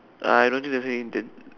I don't think that's you intent